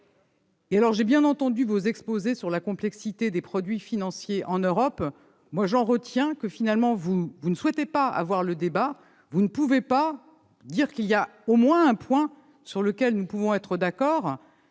J'ai bien entendu vos exposés sur la complexité des produits financiers en Europe. Pour ma part, j'en retiens cela : finalement, vous ne souhaitez pas avoir de débat, et vous êtes incapables d'admettre qu'il y a au moins un point sur lequel nous pouvons être d'accord,